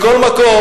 מכל מקום,